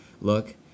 look